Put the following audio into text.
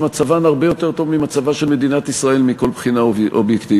מצבן הרבה יותר טוב ממצבה של מדינת ישראל מכל בחינה אובייקטיבית.